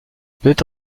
peut